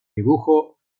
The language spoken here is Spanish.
dibujo